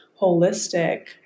holistic